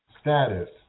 status